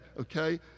okay